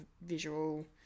visual